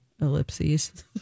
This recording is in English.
ellipses